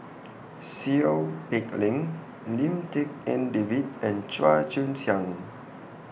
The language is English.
Seow Peck Leng Lim Tik En David and Chua Joon Siang